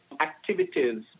activities